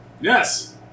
yes